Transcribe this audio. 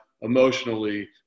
emotionally